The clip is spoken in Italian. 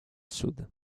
sud